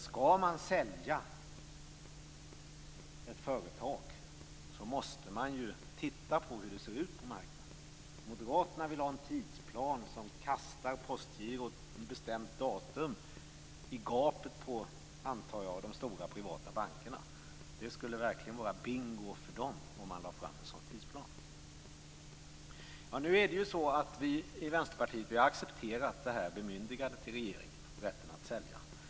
Skall man sälja ett företag måste man ju titta på hur det ser ut på marknaden. Moderaterna vill ha en tidsplan som ett bestämt datum kastar Postgirot i gapet på, antar jag, de stora privata bankerna. Det skulle verkligen vara bingo för dem om man lade fram en sådan tidsplan. Vi i Vänsterpartiet har accepterat bemyndigandet till regeringen när det gäller rätten att sälja.